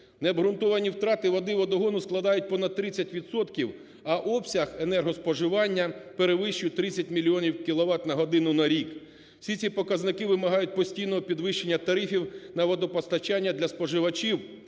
Необґрунтовані втрати води водогону складають понад 30 відсотків, а обсяг енергоспоживання перевищують 30 мільйонів кіловат на годину на рік. Всі ці показники вимагають постійного підвищення тарифів на водопостачання для споживачів,